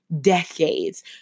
decades